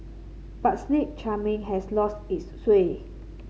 but snake charming has lost its sway